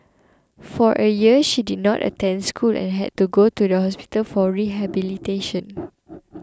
for a year she did not attend school and had to go to the hospital for rehabilitation